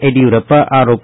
ಯಡಿಯೂರಪ್ಪ ಆರೋಪ